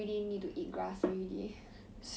might as well just buy lor but